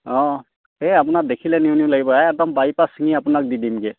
অঁ সেই আপোনাক দেখিলে নিওঁ নিওঁ লাগিব একদম বাৰীৰপৰা চিঙি আপোনাক দি দিমগৈ